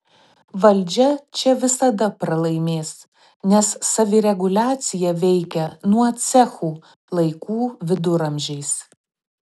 valdžia čia visada pralaimės nes savireguliacija veikia nuo cechų laikų viduramžiais